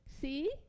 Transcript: See